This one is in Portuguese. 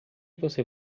você